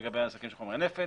לגבי עסקים של חומרי נפץ.